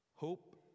Hope